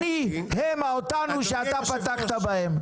אני הם ה'אותנו' שאתה פתחת בהם.